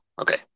Okay